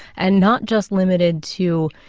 and not just limited to,